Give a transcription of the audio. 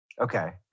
Okay